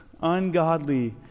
ungodly